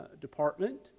department